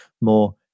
more